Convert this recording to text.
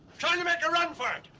trying to make a run for it.